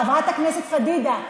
חברת הכנסת פדידה,